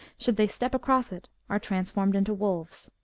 should they step across it, are transformed into wolves.